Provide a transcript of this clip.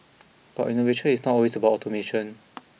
but innovation is not always about automation